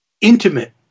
intimate